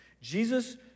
Jesus